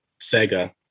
Sega